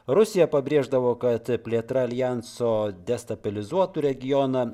rusija pabrėždavo kad plėtra aljanso destabilizuotų regioną